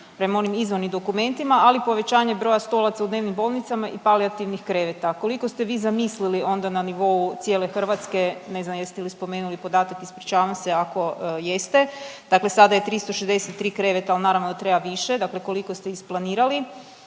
prema onim izvornim dokumentima, ali i povećanje broja stolaca u dnevnim bolnicama i palijativnih kreveta. Koliko ste vi zamislili onda na nivou cijele Hrvatske ne znam jeste li spomenuli podatak, ispričavam se ako jeste. Dakle, sada je 363 kreveta, ali naravno da treba više, dakle koliko ste isplanirali?